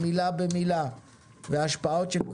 ועדת רוזן,